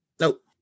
Nope